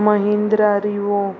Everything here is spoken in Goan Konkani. महिंद्रा रिवो